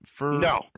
No